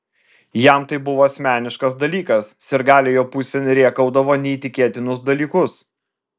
jam tai buvo asmeniškas dalykas sirgaliai jo pusėn rėkaudavo neįtikėtinus dalykus